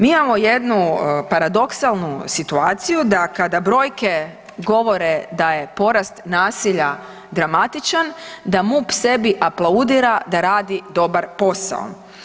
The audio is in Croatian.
Mi imamo jednu paradoksalnu situaciju da kada brojke govore da je porast nasilja dramatičan, da MUP sebi aplaudira da radi dobar posao.